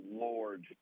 Lord